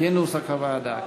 כנוסח הוועדה,